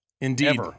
Indeed